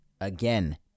again